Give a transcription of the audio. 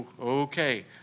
okay